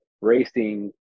racing